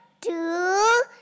two